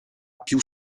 più